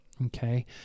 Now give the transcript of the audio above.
Okay